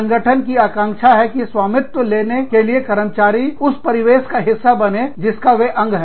संगठन की आकांक्षा है कि स्वामित्व लेने के लिए कर्मचारी उस परिवेश का हिस्सा बने जिसका वे अंग है